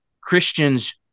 Christian's